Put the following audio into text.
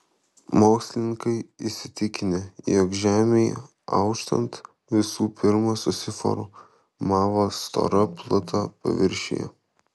mokslininkai įsitikinę jog žemei auštant visų pirma susiformavo stora pluta paviršiuje